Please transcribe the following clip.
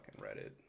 Reddit